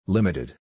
Limited